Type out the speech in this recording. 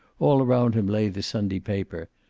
all around him lay the sunday paper,